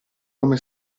come